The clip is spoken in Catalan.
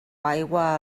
aigua